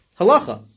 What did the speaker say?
halacha